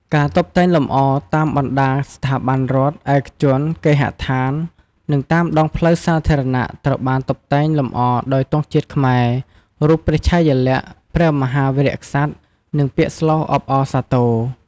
ការតុបតែងលម្អ តាមបណ្ដាស្ថាប័នរដ្ឋ ឯកជន គេហដ្ឋាន និងតាមដងផ្លូវសាធារណៈ ត្រូវបានតុបតែងលម្អដោយទង់ជាតិខ្មែរ រូបព្រះឆាយាល័ក្ខណ៍ព្រះមហាវីរក្សត្រ និងពាក្យស្លោកអបអរសាទរ។